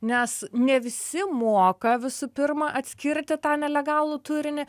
nes ne visi moka visų pirma atskirti tą nelegalų turinį